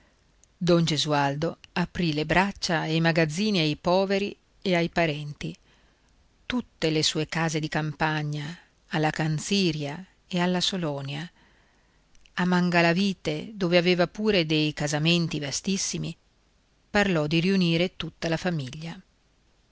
don gesualdo aprì le braccia e i magazzini ai poveri e ai parenti tutte le sue case di campagna alla canziria e alla salonia a mangalavite dove aveva pure dei casamenti vastissimi parlò di riunire tutta la famiglia